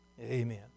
Amen